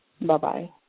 Bye-bye